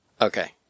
Okay